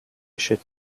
should